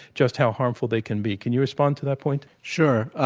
just how harmful they can be. can you respond to that point? sure.